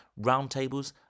roundtables